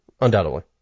undoubtedly